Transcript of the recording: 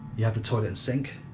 you have the toilet and sink,